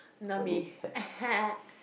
not me